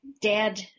dad